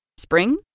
Spring